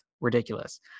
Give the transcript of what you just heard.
Ridiculous